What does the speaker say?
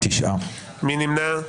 מי נמנע?